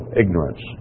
ignorance